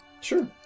Sure